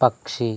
పక్షి